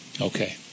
Okay